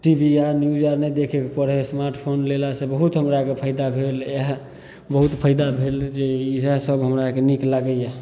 T V आर news आर नहि देखैके पड़ै हइ स्मार्टफोन लेलासे बहुत हमरा आरके फायदा भेल बहुत फायदा भेल जे इएहसब हमराके नीक लागैए